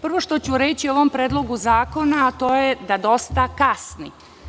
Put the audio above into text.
Prvo što ću reći o ovom Predlogu zakona to je da dosta kasni.